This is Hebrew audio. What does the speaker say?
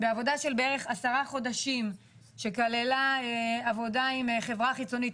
בעבודה של בערך עשרה חודשים שכללה עבודה עם חברה חיצונית,